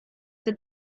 that